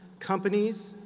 companies,